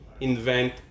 invent